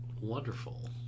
wonderful